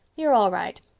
you're all right.